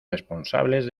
responsables